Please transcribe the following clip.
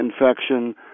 infection